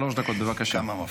שלוש דקות, בבקשה.